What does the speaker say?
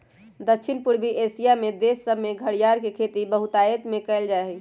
दक्षिण पूर्वी एशिया देश सभमें घरियार के खेती बहुतायत में कएल जाइ छइ